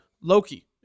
Loki